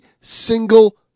single